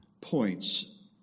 points